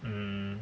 mm